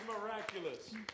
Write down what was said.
miraculous